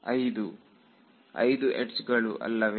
ವಿದ್ಯಾರ್ಥಿ 5 5 ಯಡ್ಜ್ ಗಳು ಅಲ್ಲವೇ